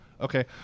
Okay